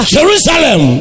Jerusalem